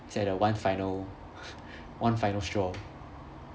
he's at the one final one final straw